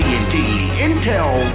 Intel